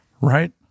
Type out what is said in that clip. Right